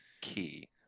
key